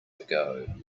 ago